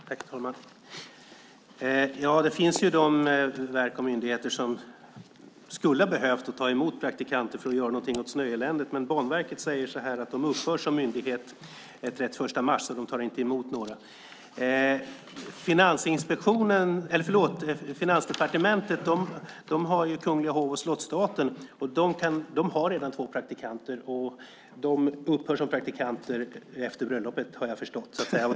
Herr talman! Det finns verk och myndigheter som skulle ha behövt ta emot praktikanter för att göra någonting åt snöeländet. Men Banverket säger att de upphör som myndighet den 1 mars, så de tar inte emot några. Finansdepartementet har Kungliga hov och slottsstaten, och de har redan två praktikanter. De upphör som praktikanter efter bröllopet, har jag förstått.